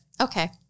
Okay